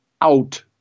out